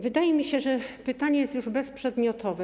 Wydaje mi się, że pytanie jest już bezprzedmiotowe.